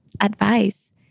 advice